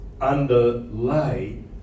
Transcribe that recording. underlay